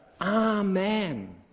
Amen